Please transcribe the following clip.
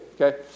okay